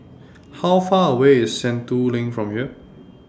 How Far away IS Sentul LINK from here